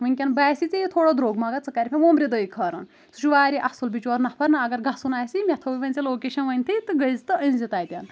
ؤنکیٚن باسی ژےٚ یہِ تھوڑا درٛوگ مگر ژٕ کرکھ مےٚ ومبرِ دٔے خٲرن سُہ چھُ واریاہ اصل بِچور نفر نہ اگر گژھُن آسی مےٚ تھوی ؤنۍ ژےٚ لوکیشن ؤنتھٕے تہٕ گٔیٚے زِ تہٕ أنۍ زِ تتٮ۪ن